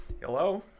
Hello